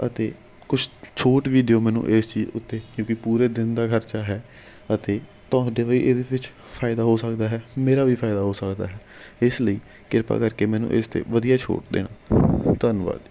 ਅਤੇ ਕੁਛ ਛੋਟ ਵੀ ਦਿਓ ਮੈਨੂੰ ਇਸ ਚੀਜ਼ ਉੱਤੇ ਕਿਉਂਕਿ ਪੂਰੇ ਦਿਨ ਦਾ ਖਰਚਾ ਹੈ ਅਤੇ ਤੁਹਾਡੇ ਹੋਏ ਇਹਦੇ ਵਿੱਚ ਫਾਇਦਾ ਹੋ ਸਕਦਾ ਹੈ ਮੇਰਾ ਵੀ ਫਾਇਦਾ ਹੋ ਸਕਦਾ ਹੈ ਇਸ ਲਈ ਕਿਰਪਾ ਕਰਕੇ ਮੈਨੂੰ ਇਸ 'ਤੇ ਵਧੀਆ ਛੋਟ ਦੇਣਾ ਧੰਨਵਾਦ